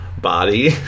body